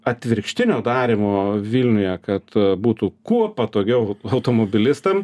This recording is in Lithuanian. atvirkštinio darymo vilniuje kad būtų kuo patogiau automobilistam